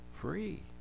free